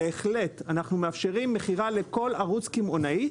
בהחלט אנחנו מאפשרים מכירה לכל ערוץ קמעונאי,